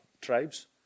tribes